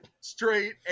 straight